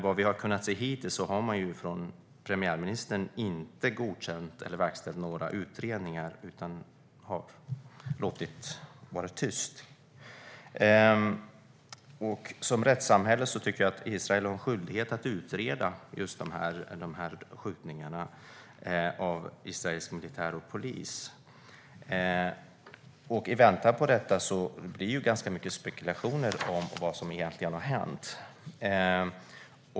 Vad vi hittills har kunnat se är att premiärministern inte har godkänt eller tillsatt några utredningar, utan man har varit tyst. Jag tycker att Israel som rättssamhälle har skyldighet att utreda de skjutningar som har gjorts av israelisk militär och polis. I väntan på detta blir det ganska mycket spekulationer om vad som egentligen har hänt.